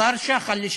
השר שחל,